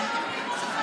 על מה אתה מגן כאן?